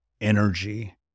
energy